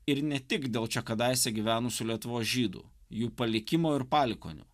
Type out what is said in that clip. ir ne tik dėl čia kadaise gyvenusių lietuvos žydų jų palikimo ir palikuonių